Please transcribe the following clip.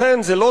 לכן זה לא